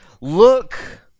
look